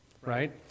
Right